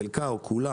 חלקה או כולה,